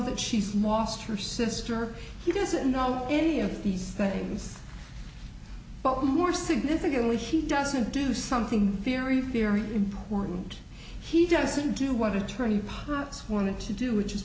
that she's maust for sister he doesn't know any of these things but more significantly she doesn't do something very very important he doesn't do what attorney parts wanted to do which is